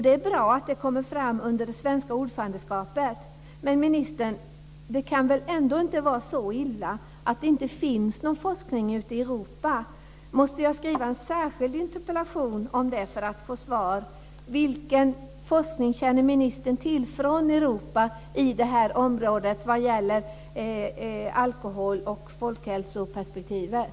Det är bra att det kommer fram under det svenska ordförandeskapet. Men ministern! Det kan väl ändå inte vara så illa att det inte finns någon forskning ute i Europa? Måste jag skriva en särskild interpellation om det för att få svar? Vilken europeisk forskning om alkohol i folkhälsoperspektivet känner ministern till?